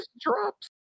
drops